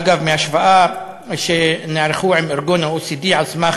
אגב, מהשוואה שנערכה עם ה-OECD על סמך